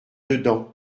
dedans